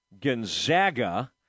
Gonzaga